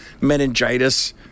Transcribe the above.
meningitis